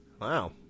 Wow